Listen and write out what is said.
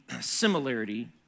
similarity